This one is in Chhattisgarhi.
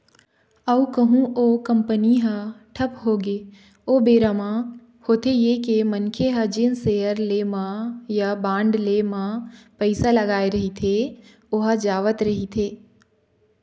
अउ कहूँ ओ कंपनी ह ठप होगे ओ बेरा म होथे ये के मनखे ह जेन सेयर ले म या बांड ले म पइसा लगाय रहिथे ओहा जावत रहिथे